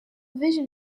vision